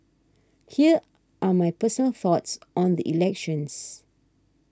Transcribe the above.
here are my personal thoughts on the elections